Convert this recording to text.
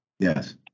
Yes